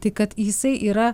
tai kad jisai yra